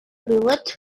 related